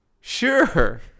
Sure